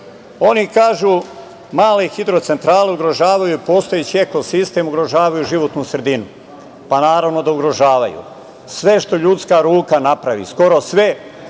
kažu - male hidrocentrale ugrožavaju postojeći ekosistem ugrožavaju životnu sredinu, pa naravno da ugrožavaju. Sve što ljudska ruka napravi, skoro sve